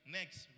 Next